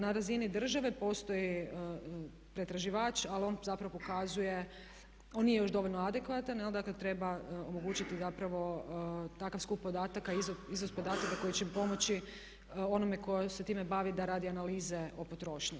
Na razini države postoji pretraživač ali on zapravo pokazuje, on nije još dovoljno adekvatan, dakle treba omogućiti zapravo takav skup podataka, iznos podataka koji će pomoći onome koji se time bavi da radi analize o potrošnji.